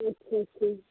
अच्छा अच्छा